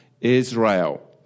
israel